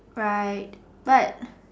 right but